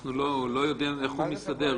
אנחנו לא יודעים איך הוא מסתדר.